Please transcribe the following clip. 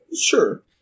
sure